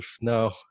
no